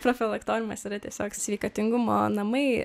profilaktoriumas yra tiesiog sveikatingumo namai